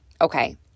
okay